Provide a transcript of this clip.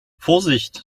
vorsicht